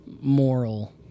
moral